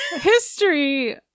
History